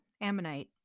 *Ammonite*